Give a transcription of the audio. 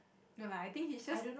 no lah I think he's just